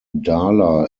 darla